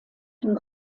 den